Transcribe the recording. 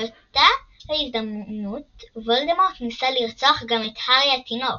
באותה ההזדמנות וולדמורט ניסה לרצוח גם את הארי התינוק,